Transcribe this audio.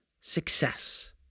success